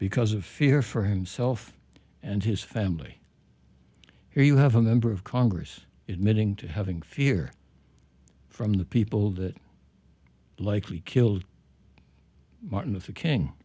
because of fear for himself and his family here you have a member of congress it meaning to having fear from the people that likely killed martin luther king